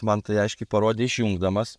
man tai aiškiai parodė išjungdamas